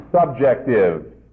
subjective